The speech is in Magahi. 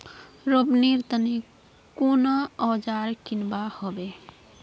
रोपनीर तने कुन औजार किनवा हबे